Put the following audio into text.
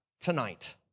tonight